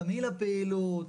תמהיל הפעילות,